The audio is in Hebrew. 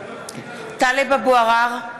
(קוראת בשמות חברי הכנסת) טלב אבו עראר,